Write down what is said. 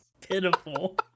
Pitiful